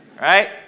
right